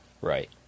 Right